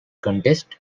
context